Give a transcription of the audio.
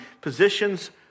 positions